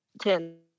Ten